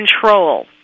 control